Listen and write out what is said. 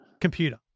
computer